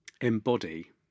embody